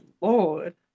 lord